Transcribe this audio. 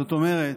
זאת אומרת,